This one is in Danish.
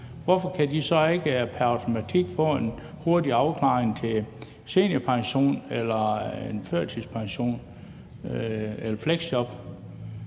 hvorfor kan de så ikke pr. automatik få en hurtig afklaring i forhold til seniorpension eller førtidspension eller fleksjob